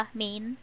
main